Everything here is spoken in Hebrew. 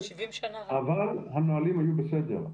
אבל הנהלים היו בסדר.